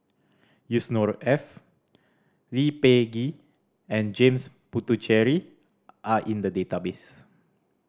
Yusnor Ef Lee Peh Gee and James Puthucheary are in the database